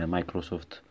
Microsoft